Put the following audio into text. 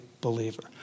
believer